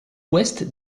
ouest